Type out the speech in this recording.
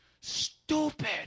stupid